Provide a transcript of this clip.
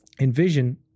envision